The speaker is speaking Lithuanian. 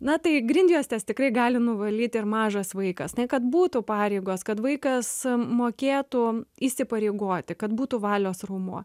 na tai grindjuostes tikrai gali nuvalyti ir mažas vaikas kad būtų pareigos kad vaikas mokėtų įsipareigoti kad būtų valios raumuo